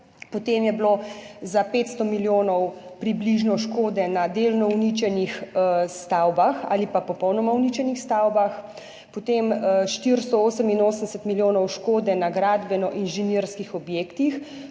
potem je bilo za približno 500 milijonov škode na delno uničenih stavbah ali pa popolnoma uničenih stavbah, potem 488 milijonov škode na gradbeno-inženirskih objektih.